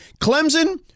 Clemson